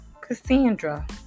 Cassandra